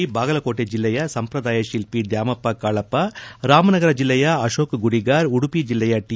ಇವರಲ್ಲಿ ಬಾಗಲಕೋಟೆ ಜಿಲ್ಲೆಯ ಸಂಪ್ರದಾಯ ಶಿಲ್ಪಿ ದ್ಯಾಮಪ್ಪ ಕಾಳಪ್ಪ ರಾಮನಗರ ಜಿಲ್ಲೆಯ ಅಶೋಕ ಗುಡಿಗಾರ್ ಉಡುಪಿ ಜಿಲ್ಲೆಯ ಟಿ